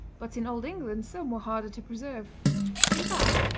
but in old england some were harder to preserve in bath.